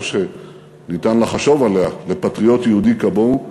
שניתן לחשוב עליה לפטריוט יהודי כמוהו: